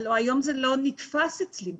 הלא היום זה לא נתפס אצלי בכלל.